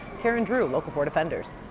karen drew, local four defenders.